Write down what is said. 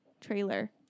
trailer